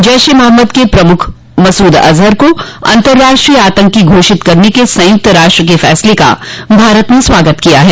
जैश ए मोहम्मद क प्रमुख मसूद अजहर को अंतर्राष्ट्रीय आतंकी घोषित करने के संयुक्त राष्ट्र के फैसले का भारत ने स्वागत किया है